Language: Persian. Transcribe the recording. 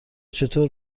چطور